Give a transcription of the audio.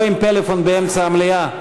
לא עם פלאפון באמצע המליאה.